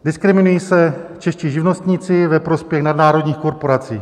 Diskriminují se čeští živnostníci ve prospěch nadnárodních korporací.